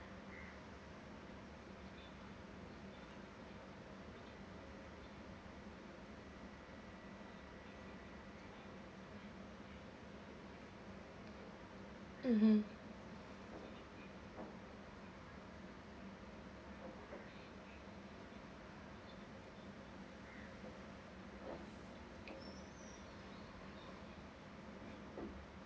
mmhmm